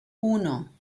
uno